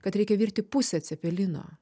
kad reikia virti pusę cepelino